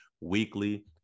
weekly